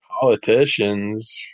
Politicians